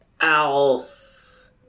else